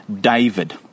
David